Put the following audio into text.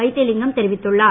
வைத்திலிங்கம் தெரிவித்துள்ளார்